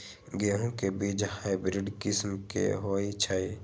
गेंहू के बीज हाइब्रिड किस्म के होई छई?